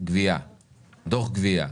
דוח גבייה,